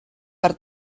per